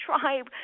tribe